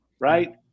right